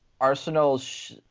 Arsenal's